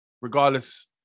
Regardless